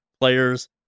players